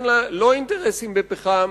אין לה לא אינטרסים בפחם,